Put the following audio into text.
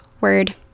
word